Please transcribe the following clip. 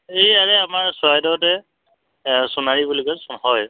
এই ইয়াৰে আমাৰ চৰাইদেউতে সোণাৰী বুলি কয় হয়